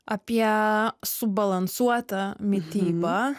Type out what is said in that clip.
apie subalansuotą mitybą